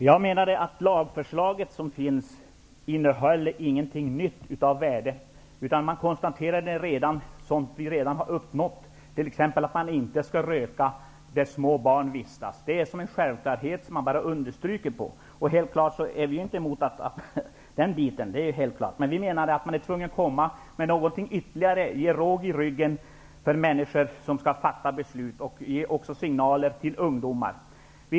Herr talman! Jag menar att det lagförslag som finns inte innehåller något nytt av värde, utan i lagförslaget konstateras sådant som vi redan har uppnått, t.ex. att man inte bör röka där små barn vistas. Det är en självklarhet som man bara understryker. Helt klart är vi inte emot det, men vi menar att man är tvungen att komma med någonting ytterligare, ge råg i ryggen åt människor som skall fatta beslut och också ge signaler till ungdomar.